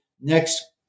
Next